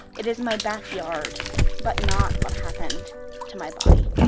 it is my backyard but not what happened to my body